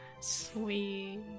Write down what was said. Sweet